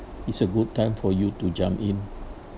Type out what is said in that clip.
it's a good time for you to jump in